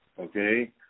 okay